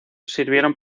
sirvieron